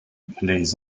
les